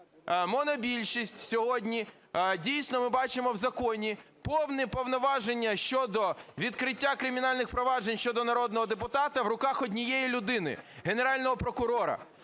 монобільшість сьогодні, дійсно, ми бачимо в законі повні повноваження щодо відкриття кримінальних проваджень щодо народного депутата в руках однієї людини – Генерального прокурора.